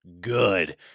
good